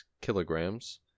kilograms